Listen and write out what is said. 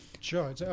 Sure